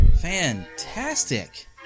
Fantastic